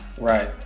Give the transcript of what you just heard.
Right